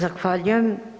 Zahvaljujem.